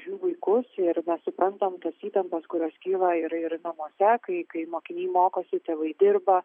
už jų vaikus ir mes suprantam tas įtampas kurios kyla ir ir namuose kai kai mokiniai mokosi tėvai dirba